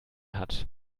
hat